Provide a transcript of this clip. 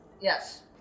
Yes